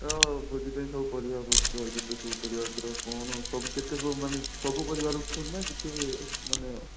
ତ ଭୋଜି ପାଇଁ ସବୁ ପରିବାପତ୍ର ଯେତେ ସବୁ ପରିବାପତ୍ର କ'ଣ ସବୁ କେତେକ ମାନେ ସବୁ ପରିବା ରଖୁଛନ୍ତି ନା କିଛି ମାନେ